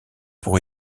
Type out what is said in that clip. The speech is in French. pour